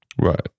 right